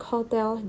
Hotel